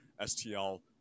STL